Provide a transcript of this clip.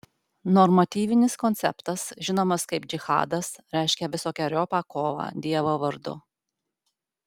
normatyvinis konceptas žinomas kaip džihadas reiškia visokeriopą kovą dievo vardu